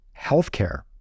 healthcare